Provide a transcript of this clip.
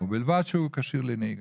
ובלבד שהוא כשיר לנהיגה.